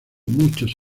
muchos